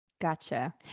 Gotcha